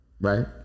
right